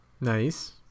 Nice